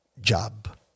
job